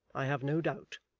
i have no doubt,